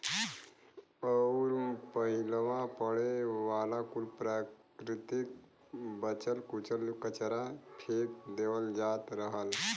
अउर पहिलवा पड़े वाला कुल प्राकृतिक बचल कुचल कचरा फेक देवल जात रहल